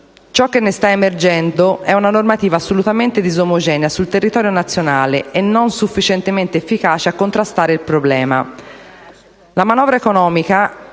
Ciò che ne sta emergendo è una normativa assolutamente disomogenea sul territorio nazionale e non sufficientemente efficace a contrastare il problema.